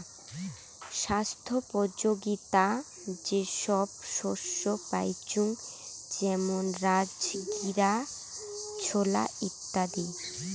ছাস্থ্যোপযোগীতা যে সব শস্য পাইচুঙ যেমন রাজগীরা, ছোলা ইত্যাদি